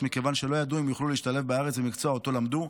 מכיוון שלא ידעו אם יוכלו להשתלב בארץ במקצוע שאותו למדו.